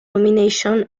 nomination